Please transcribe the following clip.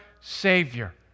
Savior